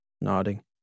nodding